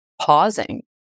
pausing